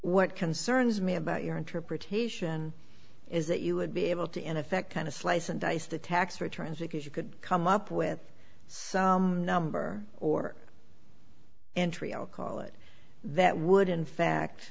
what concerns me about your interpretation is that you would be able to in effect kind of slice and dice the tax returns because you could come up with some number or entry o call it that would in fact